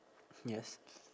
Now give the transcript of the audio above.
yes